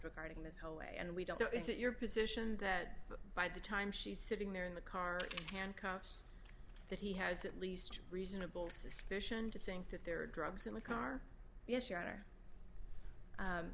regarding this whole way and we don't know is it your position that by the time she's sitting there in the car handcuffs that he has at least reasonable suspicion to think that there are drugs in the car yes you